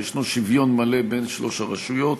שיש שוויון מלא בין שלוש הרשויות,